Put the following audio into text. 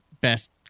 best